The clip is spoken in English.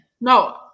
No